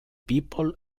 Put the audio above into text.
people